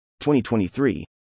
2023